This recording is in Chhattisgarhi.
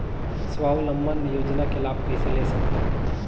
स्वावलंबन योजना के लाभ कइसे ले सकथव?